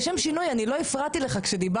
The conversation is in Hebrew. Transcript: לשם שינוי אני לא הפרעתי לך כשדיברת,